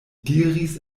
diris